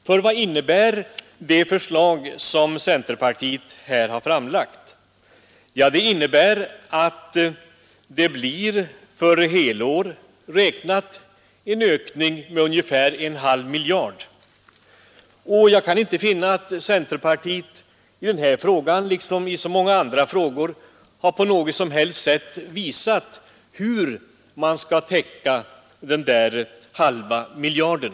För vad innebär det förslag som centerpartiet här har framlagt? Jo, att det för helår räknat blir en ökning med ungefär en halv miljard. Jag kan i den här frågan liksom i så många andra inte finna att centerpartiet på något som helst sätt visat hur man skall täcka den där halva miljarden.